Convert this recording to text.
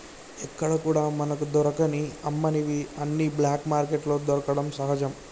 ఎక్కడా కూడా మనకు దొరకని అమ్మనివి అన్ని బ్లాక్ మార్కెట్లో దొరకడం సహజం